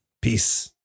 Peace